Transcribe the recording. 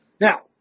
Now